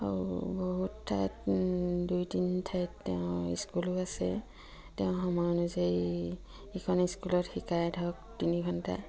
আৰু বহুত ঠাইত দুই তিনি ঠাইত তেওঁ স্কুলো আছে তেওঁ সময় অনুযায়ী ইখন স্কুলত শিকায় ধৰক তিনি ঘণ্টা